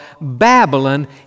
Babylon